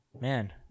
Man